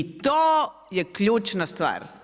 I to je ključna stvar.